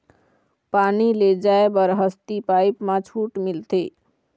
पानी ले जाय बर हसती पाइप मा छूट मिलथे?